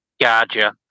Gotcha